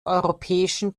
europäischen